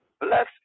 bless